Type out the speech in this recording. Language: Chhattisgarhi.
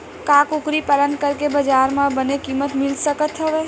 का कुकरी पालन करके बजार म बने किमत मिल सकत हवय?